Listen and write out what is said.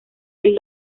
del